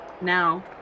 now